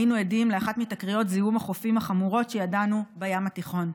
היינו עדים לאחת מתקריות זיהום החופים החמורות שידענו בים התיכון,